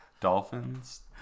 Dolphins